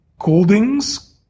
Goldings